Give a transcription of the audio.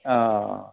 अ